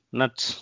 nuts